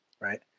right